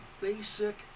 basic